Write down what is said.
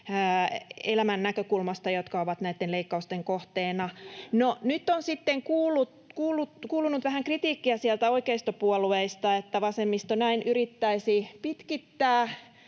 elämän näkökulmasta, jotka ovat näitten leikkausten kohteena. No, nyt on sitten kuulunut vähän kritiikkiä sieltä oikeistopuolueista, että vasemmisto näin yrittäisi pitkittää